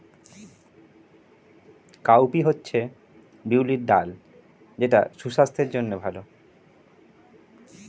cowpea হচ্ছে বিউলির ডাল যেটা সুস্বাস্থ্যের জন্য ভালো